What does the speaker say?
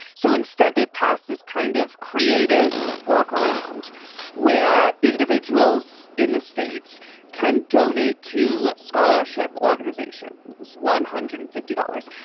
so instead, they passed this kind of creative work around where individuals in the states can donate to scholarship organization one hundred and fifty dollars.